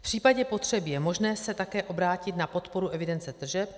V případě potřeby je možné se také obrátit na podporu evidence tržeb.